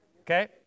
Okay